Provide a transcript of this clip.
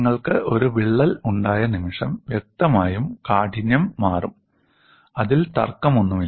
നിങ്ങൾക്ക് ഒരു വിള്ളൽ ഉണ്ടായ നിമിഷം വ്യക്തമായും കാഠിന്യം മാറും അതിൽ തർക്കമൊന്നുമില്ല